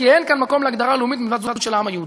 כי אין כאן מקום להגדרה לאומית מלבד זו של העם היהודי.